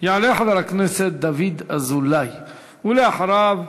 יעלה חבר הכנסת דוד אזולאי, ואחריו,